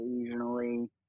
occasionally